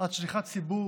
את שליחת ציבור